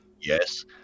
Yes